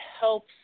helps